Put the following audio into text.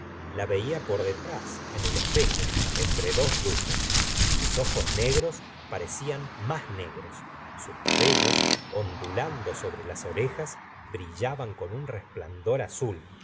la vela por detrás en el espejo entre dos luces sus ojos negros parecían más negros sus cabellos ondulando sobre las orejas brillaban con un resplandor azul